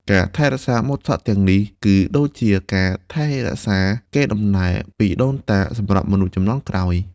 ការថែរក្សាម៉ូតសក់ទាំងនេះ គឺដូចជាការថែរក្សាកេរដំណែលពីដូនតាសម្រាប់មនុស្សជំនាន់ក្រោយ។